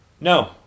No